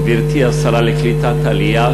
גברתי השרה לקליטת העלייה,